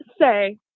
say